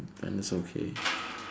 Agnes okay